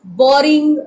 boring